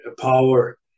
power